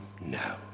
now